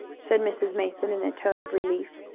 said mrs. mason in a tone of relief.